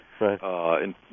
right